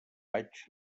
vaig